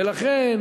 ולכן